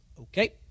Okay